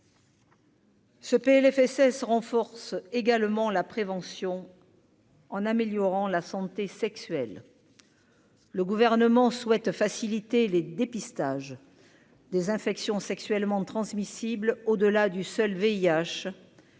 Ce PLFSS renforce également la prévention. En améliorant la santé sexuelle, le gouvernement souhaite faciliter les dépistages des infections sexuellement transmissibles, au-delà du seul VIH